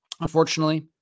unfortunately